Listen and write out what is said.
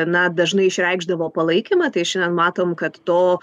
na dažnai išreikšdavo palaikymą tai šiandien matom kad to